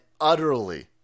utterly